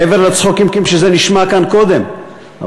מעבר לצחוקים שנשמעו כאן קודם,